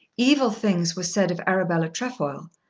evil things were said of arabella trefoil,